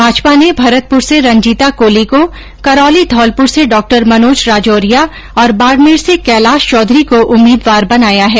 भाजपा ने भरतपुर से रंजीता कोली को करौली धौलपुर से डॉ मनोज राजौरिया और बाड़मेर से कैलाश चौधरी को उम्मीदवार बनाया है